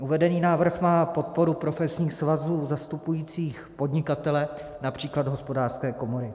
Uvedený návrh má podporu profesních svazů zastupujících podnikatele, například Hospodářské komory.